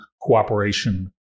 cooperation